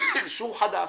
שהוא חדש.